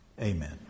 amen